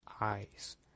eyes